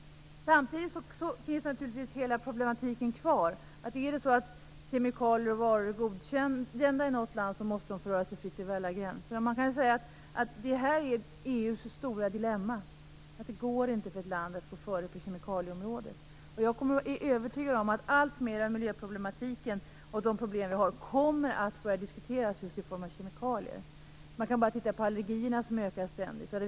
Samtidigt finns naturligtvis hela problematiken kvar - om kemikalier och varor är godkända i något land måste de få röra sig fritt över alla gränser. Man kan säga att detta är EU:s stora dilemma, att det inte är möjligt för ett land att gå före på kemikalieområdet. Jag är övertygad om att alltmer av miljöproblematiken och andra problem som vi har kommer att börja diskuteras i form av kemikalier. Man kan bara titta på allergierna som ständigt ökar.